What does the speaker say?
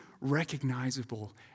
recognizable